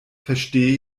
verstehe